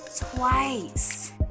twice